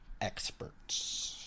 experts